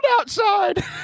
outside